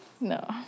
No